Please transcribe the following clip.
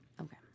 Okay